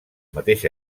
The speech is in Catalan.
mateix